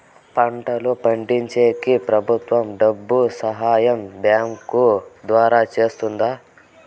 పంటలు పండించేకి ప్రభుత్వం డబ్బు సహాయం బ్యాంకు ద్వారా చేస్తుందా?